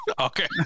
Okay